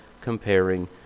comparing